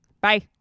Bye